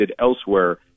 elsewhere